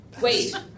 wait